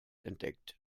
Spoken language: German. entdeckt